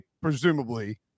presumably